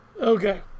Okay